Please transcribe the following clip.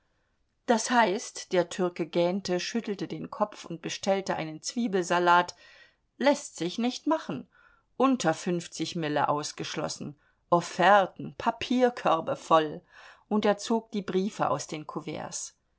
das heißt der türke gähnte schüttelte den kopf und bestellte einen zwiebelsalat läßt sich nicht machen unter fünfzig mille ausgeschlossen offerten papierkörbe voll und er zog die briefe aus den kuverts